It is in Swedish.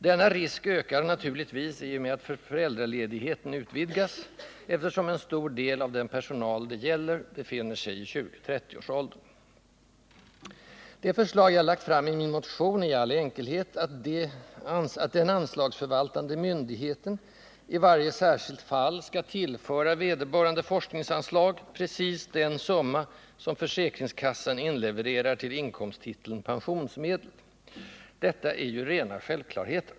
Denna risk ökar naturligtvis i och med att föräldraledigheten utvidgas, eftersom en stor del av den personal det gäller befinner sig i 20-30-årsåldern. Det förslag jag lagt fram i min motion är i all enkelhet att den anslagsförvaltande myndigheten i varje särskilt fall skall tillföra vederbörande forskningsanslag precis den summa som försäkringskassan inlevererar till inkomsttiteln Pensionsmedel. Detta är ju rena självklarheten.